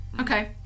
okay